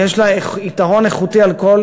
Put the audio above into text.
ובעלת יתרון איכותי על כל